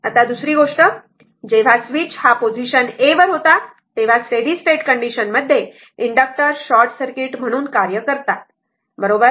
आता दुसरी गोष्ट जेव्हा स्विच हा पोझिशन a वर होता तेव्हा स्टेडी स्टेट कंडिशन मध्ये इंडक्टर शॉर्ट सर्किट म्हणुन कार्य करतात बरोबर